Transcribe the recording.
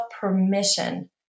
permission